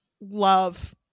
love